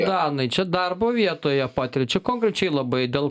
danai čia darbo vietoje patiria čia konkrečiai labai dėl